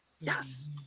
Yes